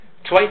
Twice